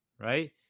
Right